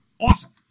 awesome